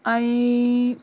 ऐं